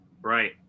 Right